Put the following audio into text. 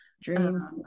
dreams